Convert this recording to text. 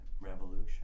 revolution